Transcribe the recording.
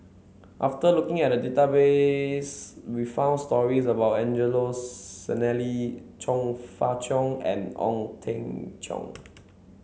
after looking at database we found stories about Angelo Sanelli Chong Fah Cheong and Ong Teng Cheong